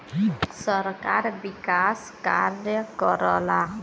सरकार विकास कार्य करला